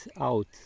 out